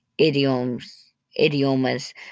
idiomas